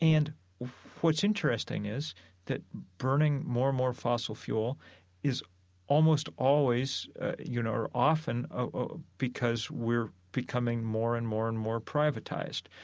and what's interesting is that burning more and more fossil fuel is almost always you know or often ah ah because we're becoming more and more and more privatized.